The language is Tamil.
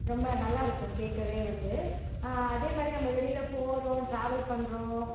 ரொம்ப நல்லா இருக்கும் கேட்கவே வந்து அதே மாதிரி நம்ம வெளியில் போகிறோம் ட்ராவல் பண்ணுறோம்